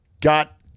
got